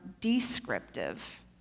descriptive